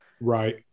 right